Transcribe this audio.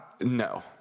No